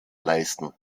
leisten